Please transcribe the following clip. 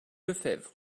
lefebvre